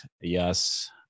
yes